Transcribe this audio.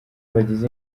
bagize